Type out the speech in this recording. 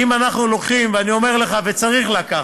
ואם אנחנו לוקחים, ואני אומר לך, צריך לקחת,